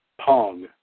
Pong